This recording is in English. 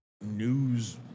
news